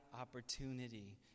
opportunity